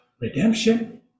redemption